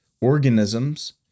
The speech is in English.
organisms